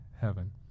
heaven